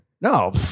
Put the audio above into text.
No